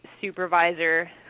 supervisor